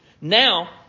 Now